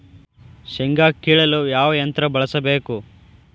ಶೇಂಗಾ ಕೇಳಲು ಯಾವ ಯಂತ್ರ ಬಳಸಬೇಕು?